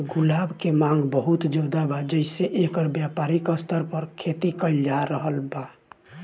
गुलाब के मांग बहुत ज्यादा बा जेइसे एकर व्यापारिक स्तर पर खेती कईल जा रहल बा